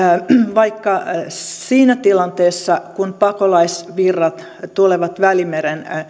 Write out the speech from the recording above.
vaikka siinä tilanteessa kun pakolaisvirrat tulevat välimeren